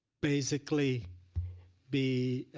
basically be